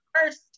first